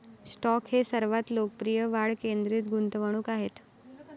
stock हे सर्वात लोकप्रिय वाढ केंद्रित गुंतवणूक आहेत